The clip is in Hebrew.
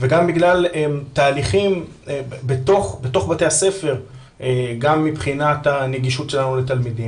וגם בגלל תהליכים בתוך בתי הספר גם מבחינת הנגישות שלנו לתלמידים